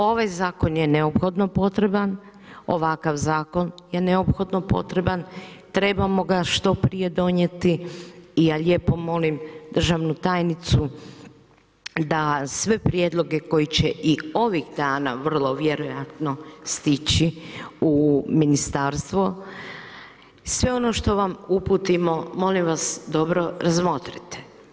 Ovaj zakon je neophodno potreban, ovakav zakon je neophodno potreban, trebamo ga što prije donijeti i ja lijepo molim državnu tajnicu da sve prijedloge koji će i ovih dana vrlo vjerojatno stići u ministarstvo, sve ono što nam uputimo molim vas dobro razmotrite.